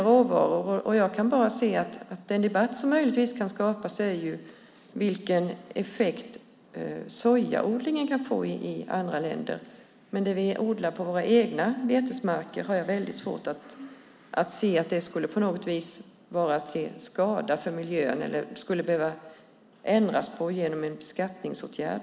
Jag kan bara se att den debatt som möjligtvis kan skapas är vilken effekt sojaodlingen kan få i andra länder. Men jag har väldigt svårt att se att det vi odlar på våra egna betesmarker skulle vara till skada för miljön på något vis eller skulle behöva ändras på genom en beskattningsåtgärd.